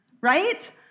right